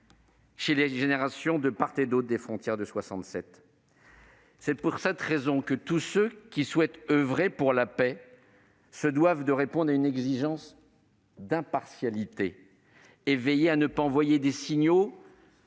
successives, de part et d'autre des frontières de 1967. C'est pourquoi tous ceux qui souhaitent oeuvrer pour la paix se doivent de répondre à une exigence d'impartialité et de veiller à ne pas envoyer des signaux